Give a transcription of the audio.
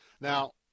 Now